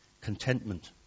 contentment